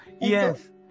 Yes